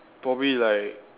probably like